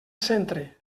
centre